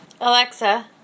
Alexa